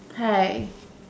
hi